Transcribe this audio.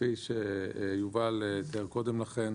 וכפי שיובל הסביר קודם לכם,